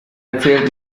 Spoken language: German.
erzählt